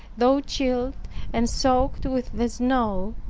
though chilled and soaked with the snow,